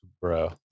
bro